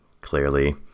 Clearly